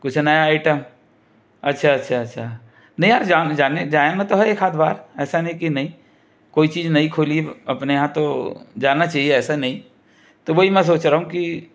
कुछ नया आइटम अच्छा अच्छा अच्छा नहीं यार जाएंगे तो एक आध बार ऐसा नहीं की नहीं कोई चीज़ नई खुली अपने यहाँ तो जाना चाहिए ऐसा नहीं तो वही मैं सोच रहा हूँ की